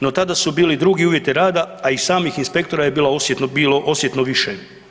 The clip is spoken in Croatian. No, tada su bili drugi uvjeti rada, a i samih inspektora je bilo osjetno više.